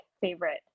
favorite